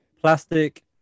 plastic